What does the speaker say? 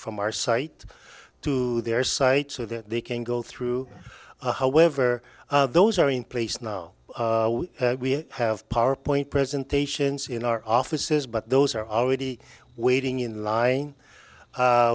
from our site to their site so that they can go through however those are in place now we have power point presentations in our offices but those are already waiting in line